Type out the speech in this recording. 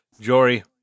Jory